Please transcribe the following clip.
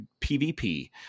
pvp